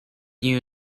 you